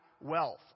wealth